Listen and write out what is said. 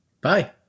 Bye